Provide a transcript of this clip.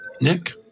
Nick